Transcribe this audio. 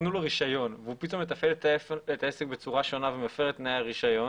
נתנו רישיון והוא פתאום מתפעל את העסק בצורה שונה ומפר את תנאי הרישיון,